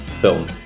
film